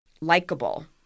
likable